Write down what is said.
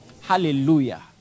Hallelujah